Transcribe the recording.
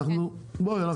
בואי,